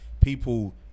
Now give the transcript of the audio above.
people